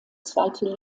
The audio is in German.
zweite